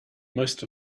most